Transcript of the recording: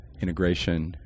integration